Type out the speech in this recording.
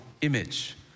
image